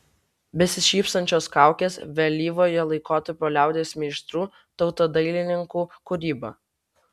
besišypsančios kaukės vėlyvojo laikotarpio liaudies meistrų tautodailininkų kūryba